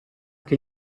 che